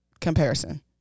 comparison